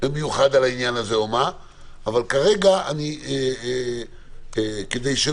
במיוחד על העניין הזה אבל כרגע אני לא רוצה שיהיה